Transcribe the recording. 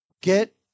get